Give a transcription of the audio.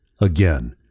again